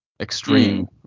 extreme